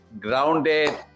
grounded